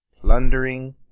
plundering